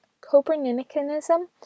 copernicanism